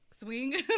Swing